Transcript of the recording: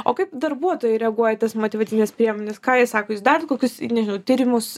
o kaip darbuotojai reaguoja į tas motyvacines priemones ką jie sako jūs darėt kokius nežinau tyrimus